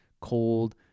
cold